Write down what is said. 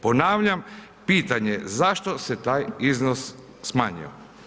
Ponavljam pitanje, zašto se taj iznos smanjio?